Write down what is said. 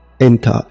enter